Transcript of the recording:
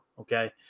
okay